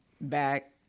back